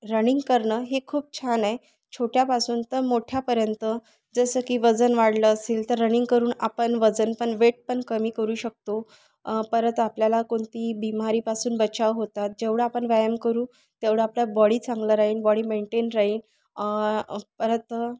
running करणं हे खूप छान आहे छोट्यापासून तर मोठ्यापर्यंत जसं की वजन वाढलं असेल तर रनिंग करून आपण वजन पण वेट पण कमी करू शकतो परत आपल्याला कोणतीही बीमारीपासून बचाव होतात जेवढं आपण व्यायाम करू तेवढं आपल्या बॉडी चांगलं राहील बॉडी मेंटेन राहीन परत